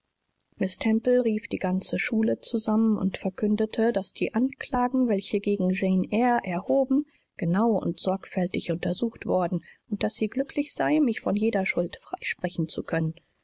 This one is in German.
rief die ganze schule zusammen und verkündete daß die anklagen welche gegen jane eyre erhoben genau und sorgfältig untersucht worden und daß sie glücklich sei mich von jeder schuld freisprechen zu können